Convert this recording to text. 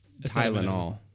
Tylenol